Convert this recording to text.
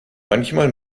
manchmal